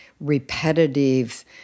repetitive